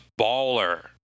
baller